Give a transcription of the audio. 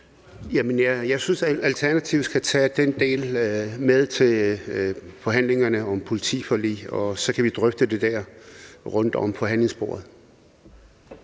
Jeg synes, Alternativet skal tage den del med til forhandlingerne om politiforliget, og så kan vi drøfte det der rundt om forhandlingsbordet.